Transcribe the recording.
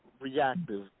reactive